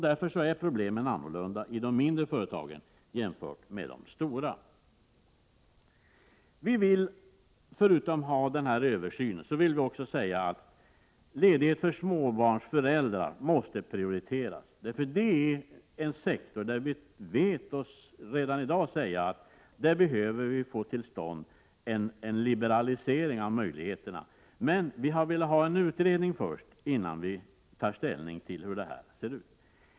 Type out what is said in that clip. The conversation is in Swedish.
Därför har de mindre företagen andra problem än de stora företagen. Förutom den översyn som vi vill ha vill vi också att ledighet för småbarnsföräldrar skall prioriteras. Det är en sektor inom vilken vi redan i dag vill få till stånd en liberalisering. Vi vill dock inte, innan vi tar ställning till hur ett sådant förslag skall se ut, få en utredning genomförd.